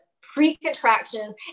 pre-contractions